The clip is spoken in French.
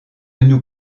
nous